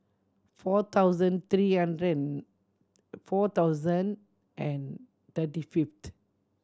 four thousand three hundred and four thousand and thirty fifth